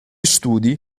studi